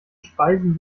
speisen